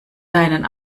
deinen